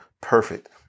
perfect